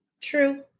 True